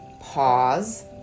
Pause